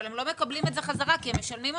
אבל הם לא מקבלים את זה חזרה כי הם משלמים אותו.